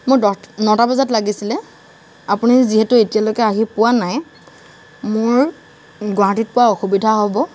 মোক দহ নটা বজাত লাগিছিলে আপুনি যিহেতু এতিয়ালৈকে আহি পোৱা নাই মোৰ গুৱাহাটীত পোৱা অসুবিধা হ'ব